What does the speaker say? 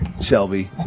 Shelby